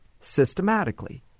systematically